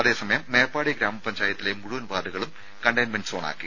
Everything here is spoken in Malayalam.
അതേസമയം മേപ്പാടി ഗ്രാമപഞ്ചായത്തിലെ മുഴുവൻ വാർഡുകളും കണ്ടെയ്ൻമെന്റ് സോണാക്കി